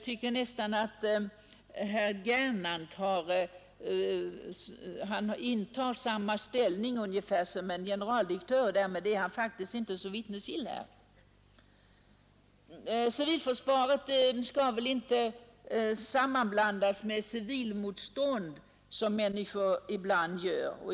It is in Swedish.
Herr Gernandt är nästan att betrakta som en generaldirektör, och därmed är han faktiskt inte så vittnesgill här. Civilförsvaret skall man inte sammanblanda med civilmotstånd, som människor ibland gör.